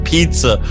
Pizza